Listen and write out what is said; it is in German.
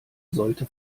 sollte